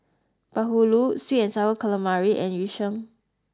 bahulu Sweet and Sour Calamari and yu sheng